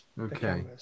Okay